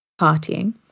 partying